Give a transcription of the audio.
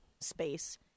space